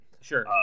Sure